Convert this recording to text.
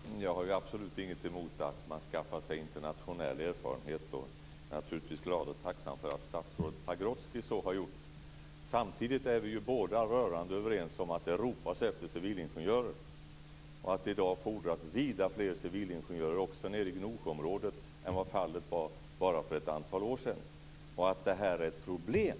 Fru talman! Jag har absolut ingenting emot att man skaffar sig internationell erfarenhet. Jag är naturligtvis glad och tacksam för att statsrådet Pagrotsky så har gjort. Samtidigt är vi båda rörande överens om att det ropas efter civilingenjörer och att det i dag fordras vida fler civilingenjörer också nere i Gnosjöområdet än vad fallet var bara för ett antal år sedan. Att det är ett problem